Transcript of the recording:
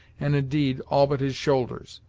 and indeed all but his shoulders.